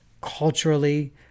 culturally